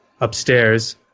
upstairs